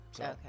Okay